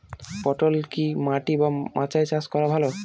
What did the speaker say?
পটল কি মাটি বা মাচায় চাষ করা ভালো?